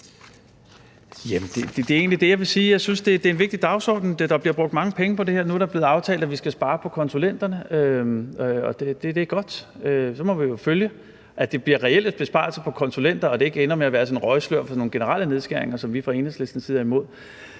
det er en vigtig dagsorden. Der bliver brugt mange penge på det her. Nu er det blevet aftalt, at vi skal spare på konsulenterne, og det er godt. Vi må jo følge, at det bliver reelle besparelser på konsulenter, og at det ikke ender med at være sådan et røgslør for nogle generelle nedskæringer, som vi fra Enhedslistens side er imod.